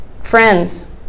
Friends